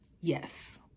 Yes